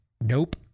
Nope